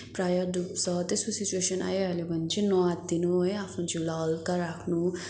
प्रायः डुब्छ त्यस्तो सिचुवेसन आइहाल्यो भने चाहिँ नआत्तिनु है आफ्नो जिउलाई हल्का राख्नु